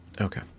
Okay